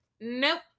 Nope